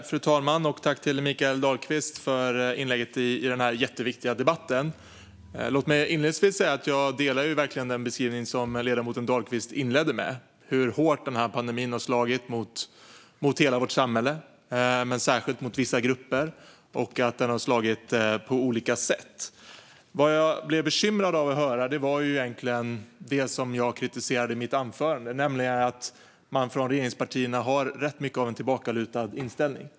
Fru talman! Tack, Mikael Dahlqvist, för inlägget i denna jätteviktiga debatt! Låt mig inledningsvis säga att jag verkligen delar den beskrivning som ledamoten Dahlqvist inledde med av hur hårt pandemin har slagit mot hela vårt samhälle men särskilt mot vissa grupper och att den har slagit på olika sätt. Vad jag blev bekymrad av att höra var det som jag kritiserade i mitt anförande, nämligen att man i regeringspartierna har rätt mycket av en tillbakalutad inställning.